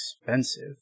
expensive